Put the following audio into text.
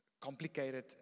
complicated